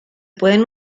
pueden